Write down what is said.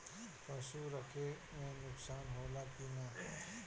पशु रखे मे नुकसान होला कि न?